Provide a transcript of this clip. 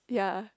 ya